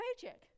paycheck